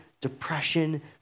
depression